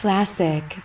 Classic